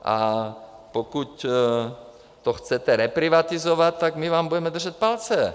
A pokud to chcete reprivatizovat, my vám budeme držet palce.